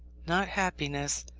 not happiness,